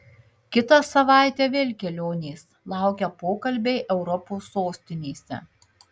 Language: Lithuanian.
kitą savaitę vėl kelionės laukia pokalbiai europos sostinėse